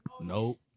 Nope